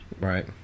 Right